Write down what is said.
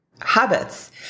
habits